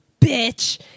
bitch